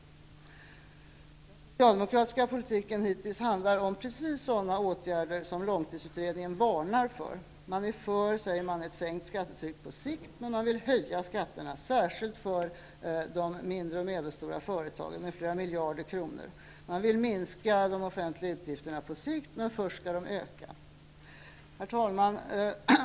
Den socialdemokratiska politiken har hittills handlat om precis sådana åtgärder som långtidsutredningen varnar för. Man säger sig vara för ett sänkt skattetryck på sikt, men man vill höja skatterna, särskilt för de mindre och medelstora företagen, med flera miljarder kronor. Man vill minska de offentliga utgifterna på sikt, men först skall de öka. Herr talman!